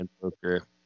poker